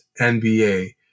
NBA